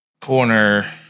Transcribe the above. corner